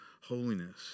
holiness